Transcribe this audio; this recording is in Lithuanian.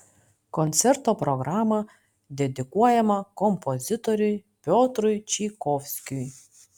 koncerto programa dedikuojama kompozitoriui piotrui čaikovskiui